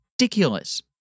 Ridiculous